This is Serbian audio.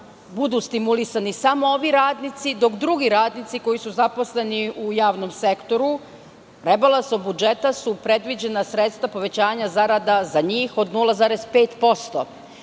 budu stimulisani samo ovi radnici, dok drugi radnici koji su zaposleni u javnom sektoru, rebalansom budžeta su predviđena sredstva povećanja zarada za njih od 0,5%,